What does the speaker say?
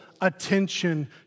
attention